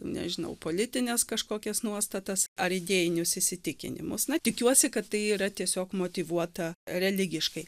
nežinau politines kažkokias nuostatas ar idėjinius įsitikinimus na tikiuosi kad tai yra tiesiog motyvuota religiškai